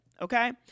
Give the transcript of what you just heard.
Okay